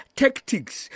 tactics